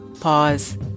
pause